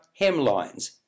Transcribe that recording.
hemlines